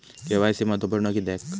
KYC महत्त्वपुर्ण किद्याक?